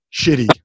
shitty